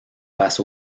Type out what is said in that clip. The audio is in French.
face